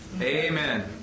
Amen